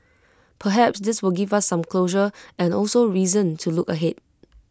perhaps this will give us some closure and also reason to look ahead